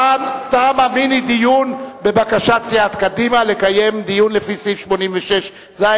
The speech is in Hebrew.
תם המיני-דיון בבקשת סיעת קדימה לקיים דיון לפי סעיף 88(ז).